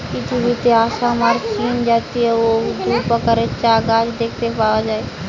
পৃথিবীতে আসাম আর চীনজাতীয় অউ দুই প্রকারের চা গাছ দেখতে পাওয়া যায়